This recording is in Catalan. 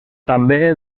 també